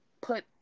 put